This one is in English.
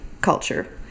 culture